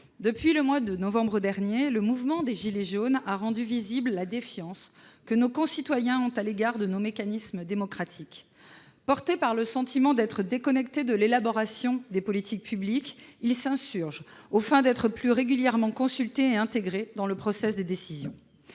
Depuis le mois de novembre dernier, le mouvement des « gilets jaunes » a rendu visible la défiance que nos concitoyens nourrissent à l'égard de nos mécanismes démocratiques. Animés par le sentiment d'être déconnectés de l'élaboration des politiques publiques, ils s'insurgent aux fins d'être plus régulièrement consultés et intégrés dans le des décisions.